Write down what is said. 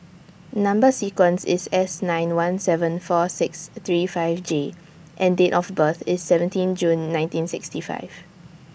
Number sequence IS S nine one seven four six three five J and Date of birth IS seventeen June nineteen sixty five